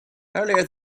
earlier